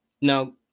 Now